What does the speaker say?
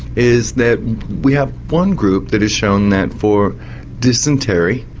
is that we have one group that has shown that for dysentery,